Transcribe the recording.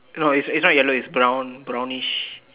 no it's it's not yellow it's brownish